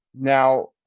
Now